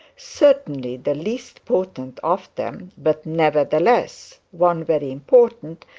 certainly the least potent of them, but nevertheless one very important,